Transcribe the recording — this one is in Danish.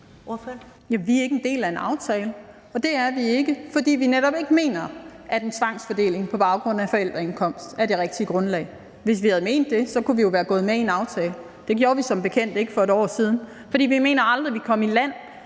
Vi er ikke en del af en aftale, og det er vi ikke, fordi vi netop ikke mener, at en tvangsfordeling på baggrund af forældreindkomst er det rigtige grundlag. Hvis vi havde ment det, kunne vi jo være gået med i en aftale. Det gjorde vi som bekendt ikke for et år siden, for vi mener, vi aldrig kom i land